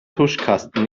tuschkasten